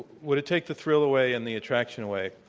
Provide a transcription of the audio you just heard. would it take the thrill away and the attraction away?